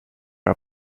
are